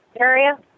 area